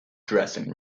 dressing